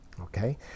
Okay